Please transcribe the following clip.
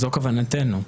זו כוונתנו.